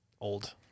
old